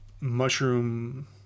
mushroom